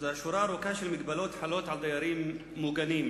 שורה ארוכה של מגבלות חלות על דיירים מוגנים,